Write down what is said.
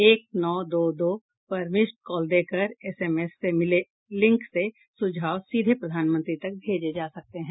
एक नौ दो दो पर मिस्ड कॉल देकर एसएमएस से मिले लिंक से सुझाव सीधे प्रधानमंत्री तक भेजे जा सकते हैं